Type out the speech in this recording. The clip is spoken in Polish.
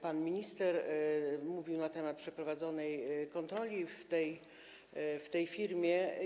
Pan minister mówił na temat przeprowadzonej kontroli w tej firmie.